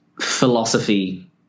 philosophy